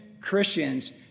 Christians